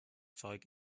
zeug